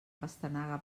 pastanaga